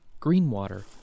Greenwater